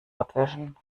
abwischen